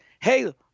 hey